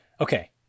Okay